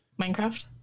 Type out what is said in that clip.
Minecraft